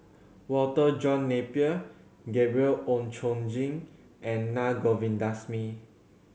Walter John Napier Gabriel Oon Chong Jin and Na Govindasamy